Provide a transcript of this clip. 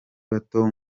bato